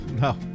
no